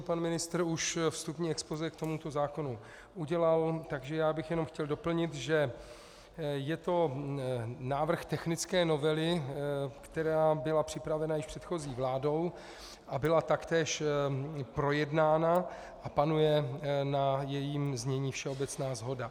Pan ministr už vstupní expozé k tomuto zákonu udělal, takže bych jenom chtěl doplnit, že je to návrh technické novely, která byla připravena již předchozí vládou a byla taktéž projednána a panuje na jejím znění všeobecná shoda.